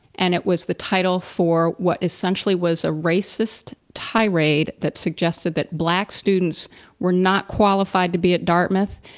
and it was the title for, what essentially, was a racist tirade that suggested that black students were not qualified to be at dartmouth,